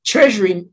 Treasury